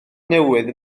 newydd